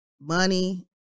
money